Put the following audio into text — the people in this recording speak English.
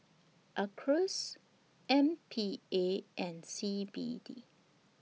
Acres M P A and C B D